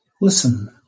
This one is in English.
listen